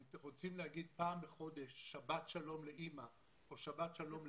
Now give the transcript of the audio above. הם רוצים להגיד פעם בחודש שבת שלום לאימא או שבת שלום לאבא,